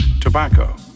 Tobacco